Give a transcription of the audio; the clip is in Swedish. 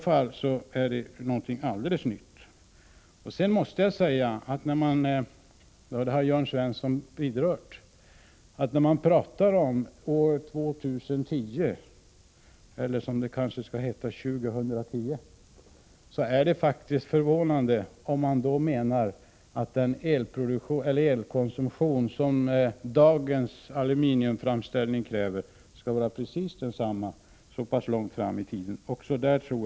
Det skulle i så fall vara någonting helt nytt. När man talar om år 2010—- Jörn Svensson har vidrört detta — måste jag säga att det är förvånande om man menar att den elkonsumtion som krävs vid 127 aluminiumframställning kommer att vara precis densamma så pass långt i framtiden som den är i dag.